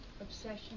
Obsession